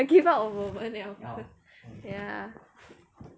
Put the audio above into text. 她 give up on 我们了 ya